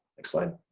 next slide.